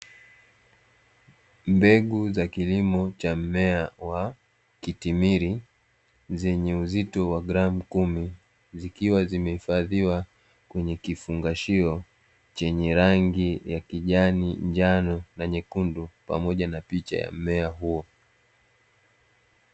Mbegu za kilimo cha mmea wa kitimiri zenye uzito wa gramu kumi, zikiwa zimehifadhiwa kwenye kifungashio chenye rangi ya kijani, njano na nyekundu pamoja na picha ya mmea huo.